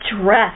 dress